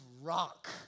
rock